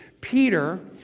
Peter